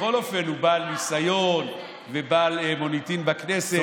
בכל אופן הוא בעל ניסיון ובעל מוניטין בכנסת.